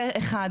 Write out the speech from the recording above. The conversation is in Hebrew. זה אחד.